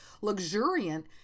Luxuriant